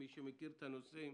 מי שמכיר את הנושאים